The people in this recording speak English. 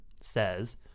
says